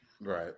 Right